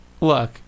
Look